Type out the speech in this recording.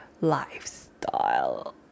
lifestyle